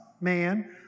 man